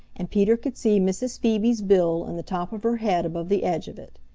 and peter could see mrs. phoebe's bill and the top of her head above the edge of it.